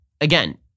again